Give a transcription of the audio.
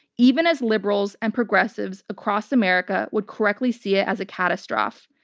even as liberals and progressives across america would correctly see it as a catastrophe.